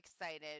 excited